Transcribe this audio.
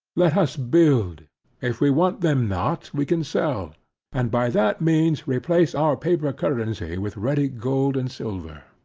let us build if we want them not, we can sell and by that means replace our paper currency with ready gold and silver.